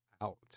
out